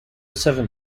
servant